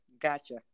gotcha